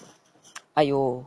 !aiyo!